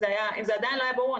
אם זה עדיין לא היה ברור,